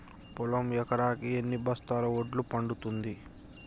పొలం ఎకరాకి ఎన్ని బస్తాల వడ్లు పండుతుంది?